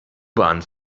bahn